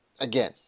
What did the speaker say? again